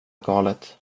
galet